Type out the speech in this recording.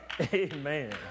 Amen